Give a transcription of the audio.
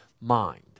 mind